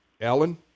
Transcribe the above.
Alan